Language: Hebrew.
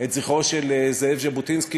את זכרו של זאב ז'בוטינסקי,